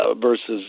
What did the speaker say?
versus